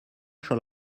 shall